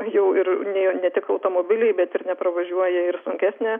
jau ir nie ne tik automobiliai bet ir nepravažiuoja ir sunkesnė